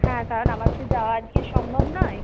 হ্যাঁ কারণ আমার তো যাওয়া আজগে সম্ভব নয়